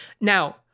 Now